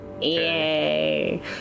Yay